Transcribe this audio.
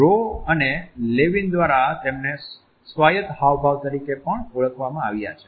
row અને Levin દ્વારા તેમને સ્વાયત હાવભાવ તરીકે પણ ઓળખવામાં આવ્યા છે